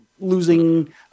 losing